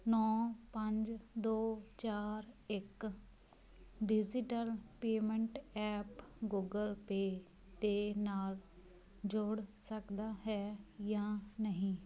ਨੌਂ ਪੰਜ ਦੋ ਚਾਰ ਇੱਕ digital payment app Google Pay ਦੇ ਨਾਲ ਜੋੜ ਸਕਦਾ ਹੈ ਜਾਂ ਨਹੀਂ